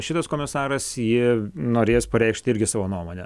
šitas komisaras ji norės pareikšti irgi savo nuomonę